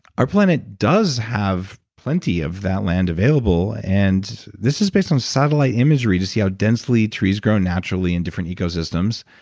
our planet does have plenty of that land available, and this is based on satellite imagery to see how densely trees grow naturally in different ecosystems.